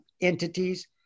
entities